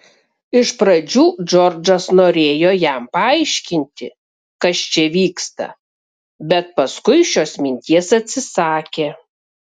iš pradžių džordžas norėjo jam paaiškinti kas čia vyksta bet paskui šios minties atsisakė